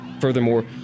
Furthermore